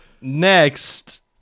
Next